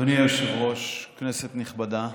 אדוני היושב-ראש, כנסת נכבדה,